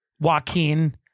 Joaquin